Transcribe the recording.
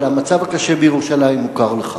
אבל המצב הקשה בירושלים מוכר לך.